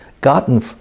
gotten